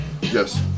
Yes